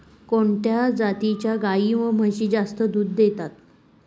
कोणत्या जातीच्या गाई व म्हशी जास्त दूध देतात?